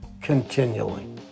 continually